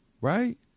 right